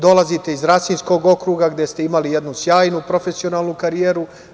Dolazite iz Rasinskog okruga gde ste imali jednu sjajnu profesionalnu karijeru.